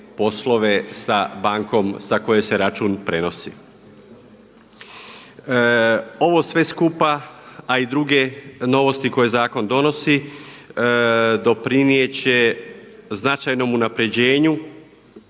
poslove sa bankom sa koje se račun prenosi. Ovo sve skupa a i druge novosti koje zakon donosi doprinijeti će značajnom unapređenju